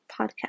podcast